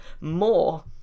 more